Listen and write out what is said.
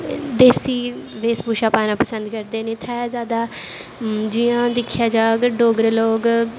देसी वेश भूशा पाना पसंद करदे न इत्थें जैदा जियां दिखेआ जा डोगरे लोग